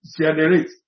Generate